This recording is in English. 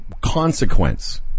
consequence